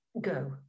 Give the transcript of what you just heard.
go